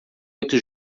oito